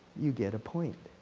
you get a point.